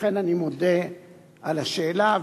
לכן אני מודה על השאלה.